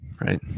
right